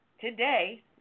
today